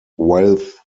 wealth